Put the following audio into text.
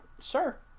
sure